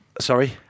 Sorry